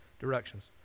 directions